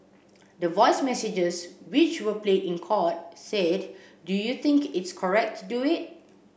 the voice messages which were played in court said do you think its correct to do it